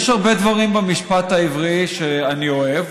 יש הרבה דברים במשפט העברי שאני אוהב.